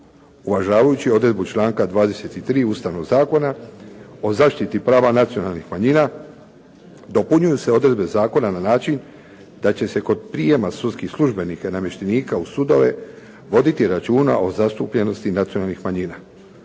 Uvažavajući odredbu članka 23. Ustavnog zakona o zaštiti prava nacionalnih manjina dopunjuju se odredbe zakona na način da će se kod prijema sudskih službenika i namještenika u sudove voditi računa o zastupljenosti nacionalnih manjina.